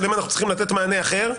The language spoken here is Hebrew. להם אנחנו צריכים לתת מענה אחר,